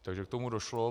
Takže k tomu došlo.